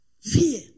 Fear